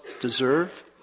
deserve